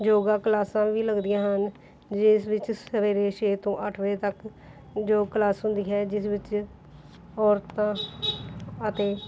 ਯੋਗਾ ਕਲਾਸਾਂ ਵੀ ਲੱਗਦੀਆਂ ਹਨ ਜਿਸ ਵਿੱਚ ਸਵੇਰੇ ਛੇ ਤੋਂ ਅੱਠ ਵਜੇ ਤੱਕ ਯੋਗ ਕਲਾਸ ਹੁੰਦੀ ਹੈ ਜਿਸ ਵਿੱਚ ਔਰਤਾਂ ਅਤੇ